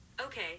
Okay